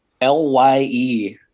L-Y-E